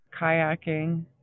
kayaking